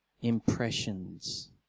impressions